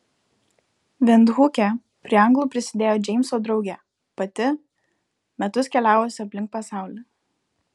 vindhuke prie anglų prisidėjo džeimso draugė pati metus keliavusi aplink pasaulį